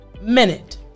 minute